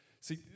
See